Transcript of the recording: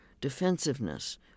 defensiveness